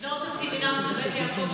בית יעקב,